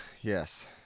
Yes